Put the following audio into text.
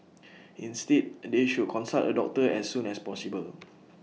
instead they should consult A doctor as soon as possible